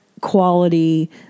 quality